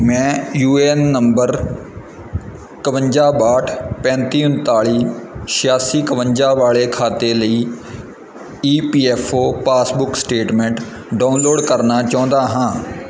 ਮੈਂ U A N ਨੰਬਰ ਇੱਕਵੰਜਾ ਬਾਹਠ ਪੈਂਤੀ ਉਨਤਾਲੀ ਛਿਆਸੀ ਇੱਕਵੰਜਾ ਵਾਲੇ ਖਾਤੇ ਲਈ E F P O passbook statement download ਕਰਨਾ ਚਾਹੁੰਦਾ ਹਾਂ